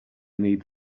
need